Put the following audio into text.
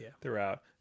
throughout